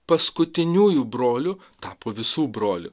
paskutiniųjų brolių tapo visų brolių